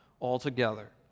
altogether